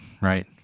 right